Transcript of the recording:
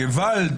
געוואלד,